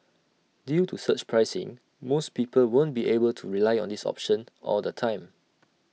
due to surge pricing most people won't be able to rely on this option all the time